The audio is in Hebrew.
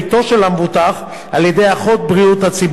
של המבוטח על-ידי אחות בריאות הציבור.